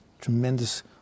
tremendous